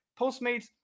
Postmates